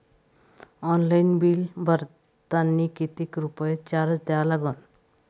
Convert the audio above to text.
Online bill भरतानी कितीक रुपये चार्ज द्या लागन?